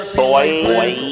boy